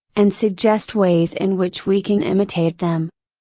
and suggest ways in which we can imitate them.